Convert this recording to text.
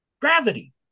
gravity